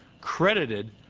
Credited